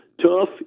Tough